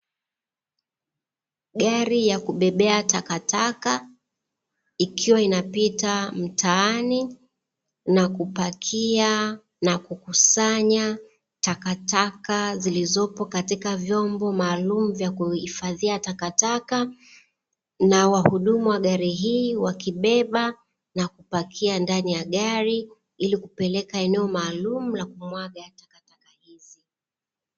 Gari ya kubebea takataka, ikiwa inapita mtaani na kupakia na kukusanya takataka zilizopo katika vyombo maalumu vya kuhifadhia takataka, na wahudumu wa gari hii, wakibeba na kupakia ndani ya gari, ili kupeleka eneo maalumu la kumwaga takataka hizi.